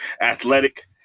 Athletic